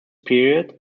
period